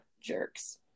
jerks